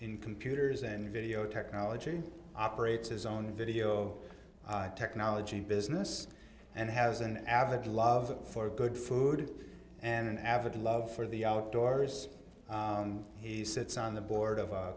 computers and video technology operates his own video technology business and has an avid love for good food and an avid love for the outdoors he sits on the board of a